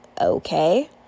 okay